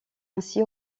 ainsi